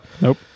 Nope